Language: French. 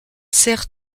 sert